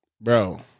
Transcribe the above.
Bro